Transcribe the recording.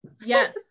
Yes